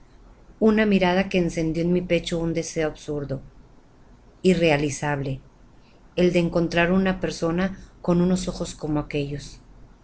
una mirada que encendió en mi pecho un deseo absurdo irrealizable el de encontrar una persona con unos ojos como aquellos